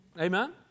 Amen